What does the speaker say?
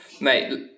Mate